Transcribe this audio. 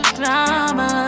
drama